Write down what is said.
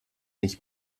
nicht